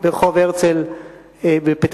ברחוב הרצל בפתח-תקווה.